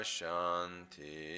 Shanti